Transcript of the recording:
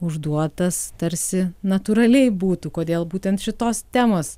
užduotas tarsi natūraliai būtų kodėl būtent šitos temos